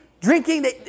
drinking